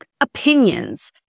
opinions